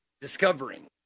discovering